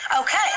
Okay